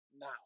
now